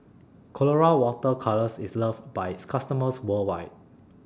Colora Water Colours IS loved By its customers worldwide